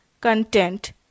content